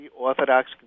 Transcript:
orthodox